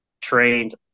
trained